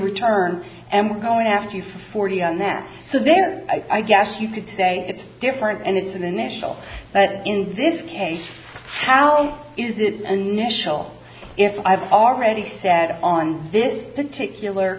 return and we're going after you forty on that so there i guess you could say it's different and it's an initial but in this case how is it an initial if i've already said on this particular